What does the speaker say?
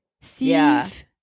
Steve